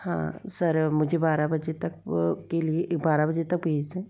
हाँ सर मुझे बारह बजे तक के लिए बारह बजे तक भेज दें